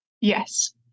Yes